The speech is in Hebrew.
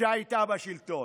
שהייתה בשלטון.